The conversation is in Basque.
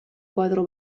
koadro